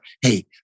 hey